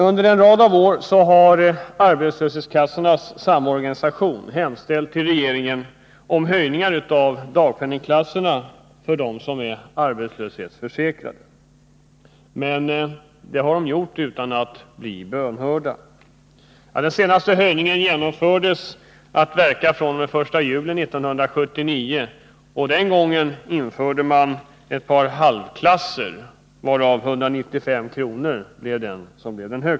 Under en rad av år har Arbetslöshetskassornas samorganisation hos regeringen hemställt om höjningar av dagpenningsklasserna för dem som är arbetslöshetsförsäkrade. Men det har de gjort utan att bli bönhörda. Den senaste höjningen genomfördes att verka fr.o.m. den 1 juli 1979. Den gången införde man ett par halvklasser, varav den högsta låg på 195 kr.